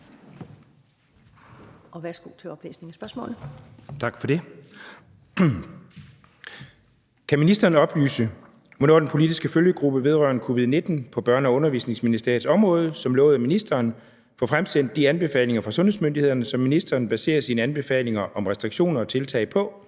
Kan ministeren oplyse, hvornår den politiske følgegruppe vedrørende covid-19 på Børne- og Undervisningsministeriets område, som lovet af ministeren, får fremsendt de anbefalinger fra sundhedsmyndighederne, som ministeren baserer sine anbefalinger om restriktioner og tiltag på,